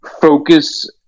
Focus